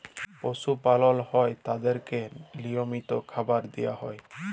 পশু পালল হ্যয় তাদেরকে লিয়মিত খাবার দিয়া হ্যয়